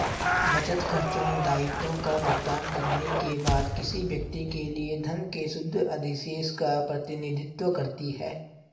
बचत, खर्चों, दायित्वों का भुगतान करने के बाद किसी व्यक्ति के लिए धन के शुद्ध अधिशेष का प्रतिनिधित्व करती है